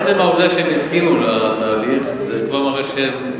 עצם העובדה שהם הסכימו לתהליך, זה כבר מראה שהם